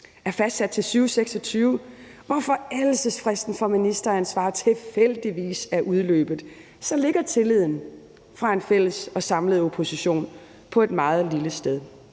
er fastsat til 2026, hvor forældelsesfristen for ministeransvaret tilfældigvis er udløbet, så ligger tilliden fra en fælles og samlet opposition på et meget lille sted.